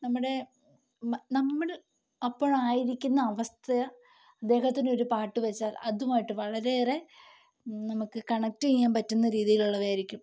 നമ്മുടെ നമ്മുടെ അപ്പോഴായിരിക്കുന്ന അവസ്ഥ അദ്ദേഹത്തിൻ്റെ ഒര് പാട്ട് വെച്ചാൽ അതുമായിട്ട് വളരെയേറെ നമുക്ക് കണക്ട് ചെയ്യാൻ പറ്റുന്ന രീതിയിലുള്ളവയായിരിക്കും